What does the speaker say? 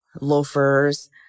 loafers